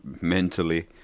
mentally